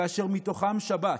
כאשר בתוכן שבת.